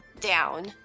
down